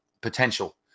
potential